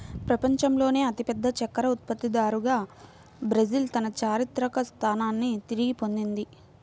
ప్రపంచంలోనే అతిపెద్ద చక్కెర ఉత్పత్తిదారుగా బ్రెజిల్ తన చారిత్రక స్థానాన్ని తిరిగి పొందింది